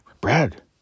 Brad